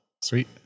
Sweet